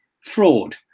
fraud